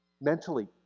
mentally